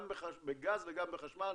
גם בגז וגם בחשמל,